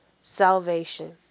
Salvation